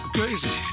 Crazy